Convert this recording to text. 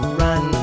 run